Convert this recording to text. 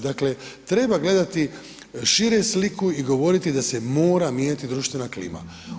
Dakle, treba gledati šire sliku i govoriti da se mora mijenjati društvena klima.